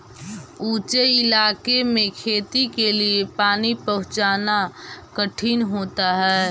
ऊँचे इलाके में खेती के लिए पानी पहुँचाना कठिन होता है